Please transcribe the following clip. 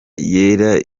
yera